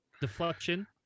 deflection